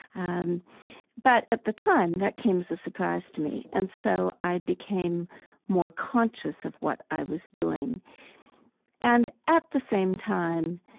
um but at the time, that came as a surprise to me. and so i became more conscious of what i was doing and at the same time,